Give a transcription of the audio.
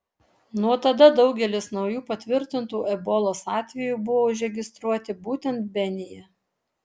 nuo tada daugelis naujų patvirtintų ebolos atvejų buvo užregistruoti būtent benyje